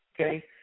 Okay